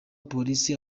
polisi